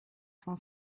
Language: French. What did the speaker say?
cent